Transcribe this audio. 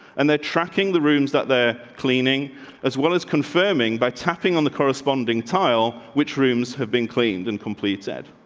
and they're tracking the rooms that they're cleaning as well as confirming by tapping on the corresponding tile which rooms have been cleaned and complete set.